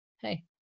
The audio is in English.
Hey